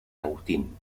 agustín